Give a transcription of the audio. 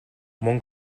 мөн